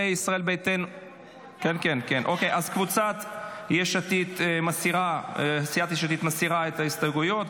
אז סיעת יש עתיד מסירה את ההסתייגויות,